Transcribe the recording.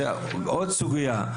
זה עוד סוגיה.